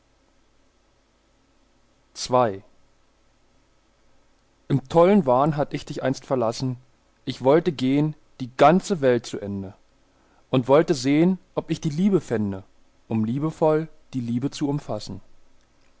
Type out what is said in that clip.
ii im tollen wahn hatt ich dich einst verlassen ich wollte gehn die ganze welt zu ende und wollte sehn ob ich die liebe fände um liebevoll die liebe zu umfassen